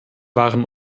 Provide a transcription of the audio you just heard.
waren